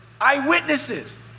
eyewitnesses